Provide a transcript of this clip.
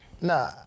Nah